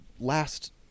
last